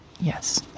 yes